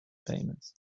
famous